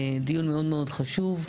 דיון מאוד מאוד חשוב.